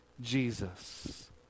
Jesus